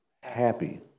happy